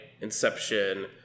Inception